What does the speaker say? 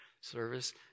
service